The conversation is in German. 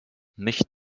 nicht